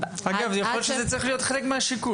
אגב, יכול להיות שזה צריך להיות חלק מהשיקול.